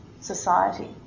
society